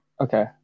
Okay